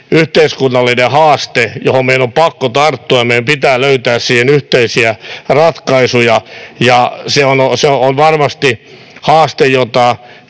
yhteiskunnallinen haaste, johon meidän on pakko tarttua ja löytää yhteisiä ratkaisuja. Se on varmasti haaste, jossa